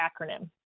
acronym